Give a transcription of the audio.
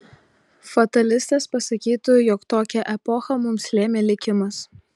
fatalistas pasakytų jog tokią epochą mums lėmė likimas